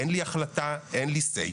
אין לי החלטה, אין לי say.